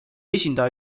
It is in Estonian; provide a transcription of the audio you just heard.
esindaja